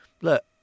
look